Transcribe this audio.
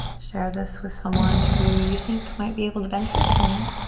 share this with someone who you think might be able to benefit from it.